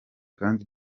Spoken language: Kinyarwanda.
kandi